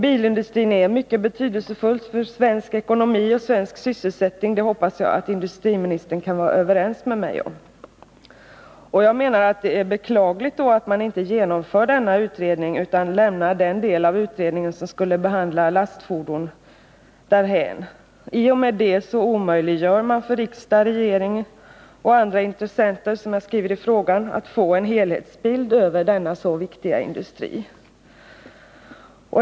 Bilindustrin är mycket betydelsefull för svensk ekonomi och svensk sysselsättning — det hoppas jag att industriministern kan vara överens med mig om. Det är därför beklagligt att man inte genomför denna utredning utan lämnar den del av utredningen som skulle behandla lastfordonen därhän. I och med det omöjliggör man för riksdag, regering och andra intressenter att få en helhetsbild av denna så viktiga industri.